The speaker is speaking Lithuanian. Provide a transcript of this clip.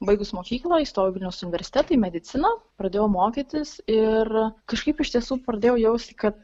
baigus mokyklą įstojau į vilniaus universitetą į mediciną pradėjau mokytis ir kažkaip iš tiesų pradėjau jausti kad